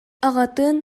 аҕатын